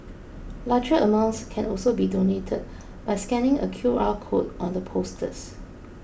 larger amounts can also be donated by scanning a Q R code on the posters